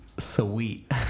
sweet